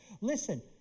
Listen